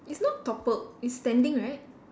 it's not toppled it's standing right